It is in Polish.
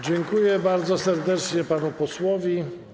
Dziękuję bardzo serdecznie panu posłowi.